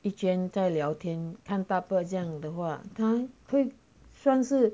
一天在聊天看到这样的话他会上次